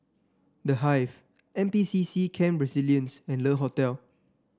The Hive N P C C Camp Resilience and Le Hotel